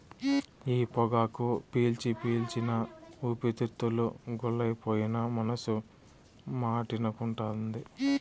ఈ పొగాకు పీల్చి పీల్చి నా ఊపిరితిత్తులు గుల్లైపోయినా మనసు మాటినకుంటాంది